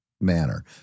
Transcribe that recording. manner